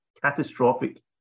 catastrophic